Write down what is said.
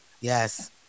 yes